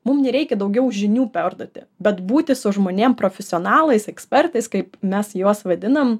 mum nereikia daugiau žinių perduoti bet būti su žmonėm profesionalais ekspertais kaip mes juos vadinam